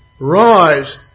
rise